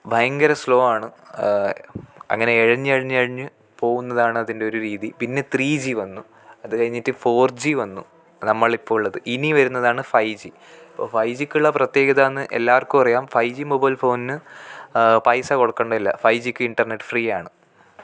ഭയങ്കര സ്ലോ ആണ് അങ്ങനെ എഴഞ്ഞ് എഴഞ്ഞ് എഴഞ്ഞ് പോകുന്നതാണ് അതിൻ്റെ ഒരു രീതി പിന്നെ ത്രീ ജി വന്നു അതുകഴിഞ്ഞിട്ട് ഫോർ ജി വന്നു അതനമ്മളിപ്പോൾ ഉള്ളത് ഇനി വരുന്നതാണ് ഫൈ ജി അപ്പോൾ ഫൈ ജിക്കുള്ള പ്രത്യേകതാന്ന് പറയുന്നത് എല്ലാവർക്കും അറിയാം ഫൈ ജി മൊബൈൽ ഫോൺന് പൈസ കൊടുക്ക്ല്ലന്നില്ല ഫൈ ജിക്ക് ഇൻ്റർനെറ്റ് ഫ്രീയാണ്